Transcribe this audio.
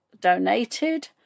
donated